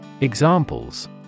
Examples